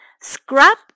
Scrub